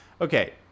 okay